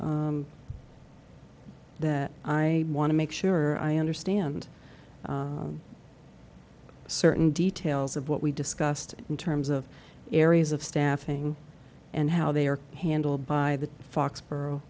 outcomes that i want to make sure i understand certain details of what we discussed in terms of areas of staffing and how they are handled by the foxboro